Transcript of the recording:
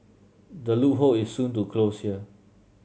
the loophole is soon to close here